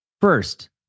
First